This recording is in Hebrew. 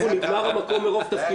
נגמר המקום מרוב תפקידים.